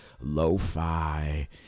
lo-fi